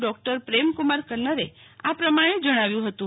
doctor પ્રેમકુમારે કન્નરે આ પ્રમાણે જણાવ્યું હતું